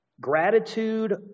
Gratitude